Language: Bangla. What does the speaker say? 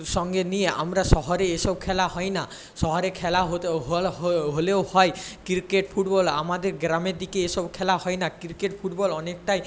সঙ্গে নিয়ে আমরা শহরে এসব খেলা হয় না শহরে খেলা হতো হল হলেও হয় ক্রিকেট ফুটবল আমাদের গ্রামের দিকে এসব খেলা হয় না ক্রিকেট ফুটবল অনেকটাই